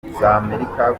amerika